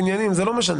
תמיד יש בו שינויים.